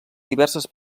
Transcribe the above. diverses